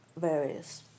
various